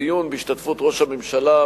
בדיון בהשתתפות ראש הממשלה,